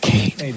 Kate